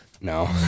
No